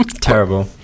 Terrible